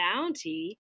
bounty